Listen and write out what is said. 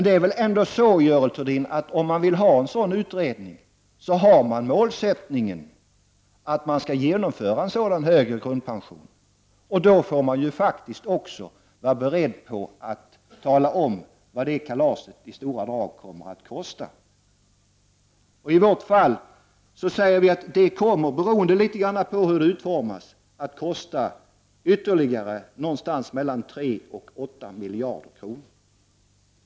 Det är väl ändå så, Görel Thurdin, att om man vill ha en sådan utredning, då har man målsättningen att man skall genomföra en högre grundpension, och då får man faktiskt också vara beredd att tala om vad det kalaset i stora drag kommer att kosta. Vi säger att det, litet grand beroende på hur det utformas, kommer att kosta ytterligare någonstans mellan 3 och 8 miljarder kronor.